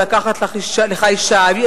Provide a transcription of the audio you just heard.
"לקחת לך אשה",